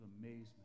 amazement